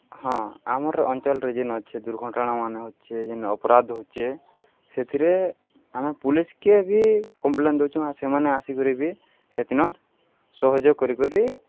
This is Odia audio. ହଁ ଆମର୍ ଅଞ୍ଚଳ୍ରେ ଯେନ୍ ଅଛେ ଦୁର୍ଘଟଣାମାନେ ହଉଛେ ଯେନ୍ ଅପରାଧ୍ ହଉଛେ ସେଥିରେ ଆମେ ପୋଲିସ୍କେ ବି କମ୍ପ୍ଲେନ୍ ଦଉଚୁ ଆଉ ସେମାନେ ଆସିକରି ବି ସେଦିନ ସହଯୋଗ୍ କରିିକରି